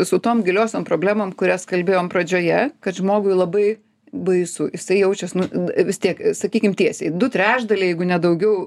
su tom giliosiom problemom kurias kalbėjom pradžioje kad žmogui labai baisu jisai jaučias nu vis tiek sakykim tiesiai du trečdaliai jeigu ne daugiau